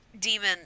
demon